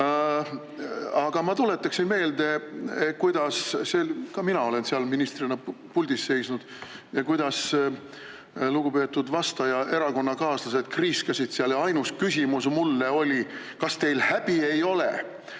Aga ma tuletaksin meelde, kuidas seal – ka mina olen seal ministrina puldis seisnud –, kuidas lugupeetud vastaja erakonnakaaslased kriiskasid seal ja ainus küsimus mulle oli, kas teil häbi ei ole,